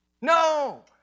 No